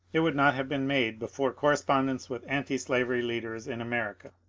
it would not have been made before correspondence with antislavery leaders in america.